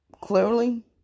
clearly